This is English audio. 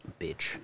Bitch